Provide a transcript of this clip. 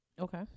okay